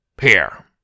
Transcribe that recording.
Here